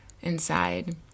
inside